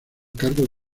cargo